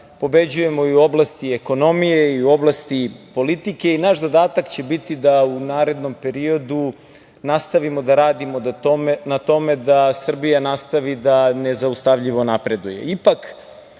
pobeđujemo i u oblasti ekonomije i u oblasti politike. Naš zadatak će biti da u narednom periodu nastavimo da radimo na tome da Srbija nastavi da nezaustavljivo napreduje. Ipak,